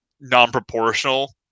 non-proportional